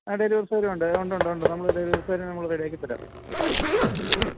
ആ ഡെലിവറി സൗകര്യമുണ്ട് ഉണ്ട് ഉണ്ടൊണ്ട് നമ്മൾ ഡെലിവറി സൗകര്യം നമ്മൾ റെഡിയാക്കി തരാം ചെയ്ത് തരാം